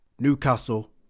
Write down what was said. Newcastle